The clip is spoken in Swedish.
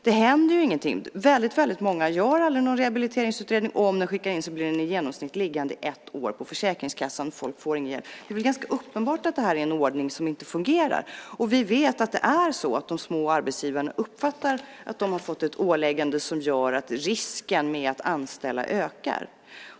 Det händer ingenting. Väldigt många gör aldrig någon rehabiliteringsutredning, och om en sådan skickas in blir den liggande i genomsnitt ett år hos Försäkringskassan. Folk får ingen hjälp. Det är väl ganska uppenbart att det är en ordning som inte fungerar. Vi vet att de små arbetsgivarna uppfattar att de har fått ett åläggande som gör att risken med att anställa ökar.